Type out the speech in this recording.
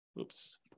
oops